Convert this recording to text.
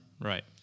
Right